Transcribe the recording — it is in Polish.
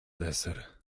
deser